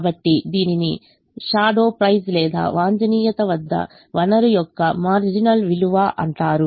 కాబట్టి దీనిని shadow price లేదా వాంఛనీయ వద్ద వనరు యొక్క మారిజినల్ విలువ అంటారు